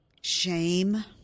shame